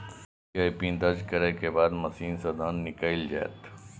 UPI PIN दर्ज करै के बाद मशीन सं धन निकैल जायत